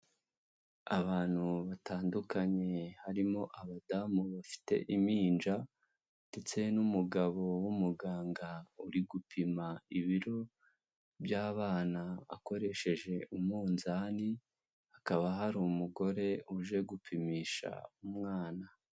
Abantu batandukanye harimo abadamu bafite impinja ndetse n'umugabo w'umuganga uri gupima ibiro by'abana akoresheje umunzani, hakaba hari umugore uje gupimisha umwana.